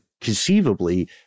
conceivably